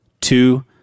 two